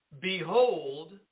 Behold